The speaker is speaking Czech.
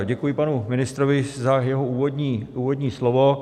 Děkuji panu ministrovi za jeho úvodní slovo.